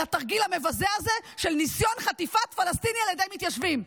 התרגיל המבזה הזה של ניסיון חטיפת פלסטיני על ידי מתיישבים.